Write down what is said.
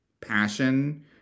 passion